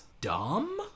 dumb